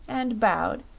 and bowed,